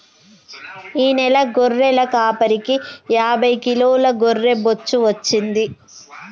ఈ నెల గొర్రెల కాపరికి యాభై కిలోల గొర్రె బొచ్చు వచ్చింది